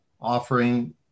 offering